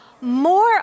More